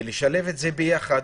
ונשלב יחד,